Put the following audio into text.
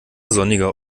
sonniger